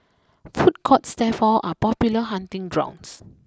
food courts therefore are popular hunting grounds